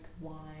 wine